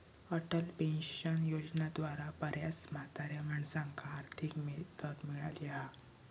Atal pension योजनेद्वारा बऱ्याच म्हाताऱ्या माणसांका आर्थिक मदत मिळाली हा